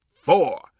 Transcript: four